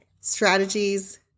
strategies